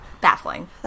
Baffling